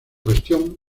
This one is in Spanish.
gestión